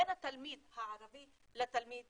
בין התלמיד הערבי לתלמיד